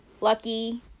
lucky